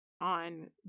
on